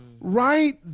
Right